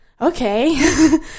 okay